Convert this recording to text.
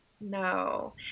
No